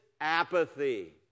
Apathy